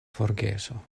forgeso